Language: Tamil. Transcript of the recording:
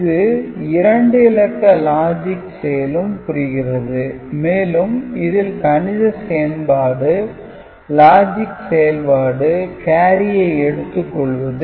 இது 2 இலக்க லாஜிக் செயலும் புரிகிறது மேலும் இதில் கணித செயல்பாடு லாஜிக் செயல்பாடு கேரியை எடுத்துக் கொள்வது